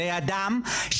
לידם,